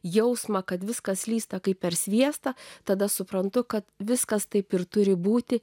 jausmą kad viskas slysta kaip per sviestą tada suprantu kad viskas taip ir turi būti